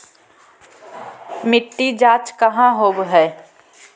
मिट्टी जाँच कहाँ होव है?